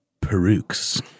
perukes